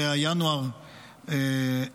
זה היה ינואר 2023,